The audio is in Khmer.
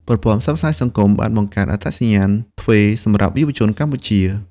ប្រព័ន្ធផ្សព្វផ្សាយសង្គមបានបង្កើតអត្តសញ្ញាណទ្វេសម្រាប់យុវជនកម្ពុជា។